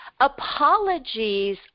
apologies